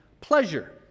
pleasure